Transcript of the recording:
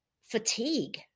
fatigue